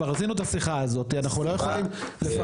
כבר עשינו את השיחה הזאת, אנחנו לא יכולים לפרנס.